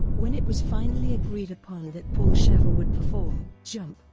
when it was finally agreed upon that paul shaffer would perform jump,